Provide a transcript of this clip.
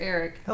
Eric